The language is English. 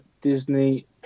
Disney+